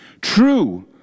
True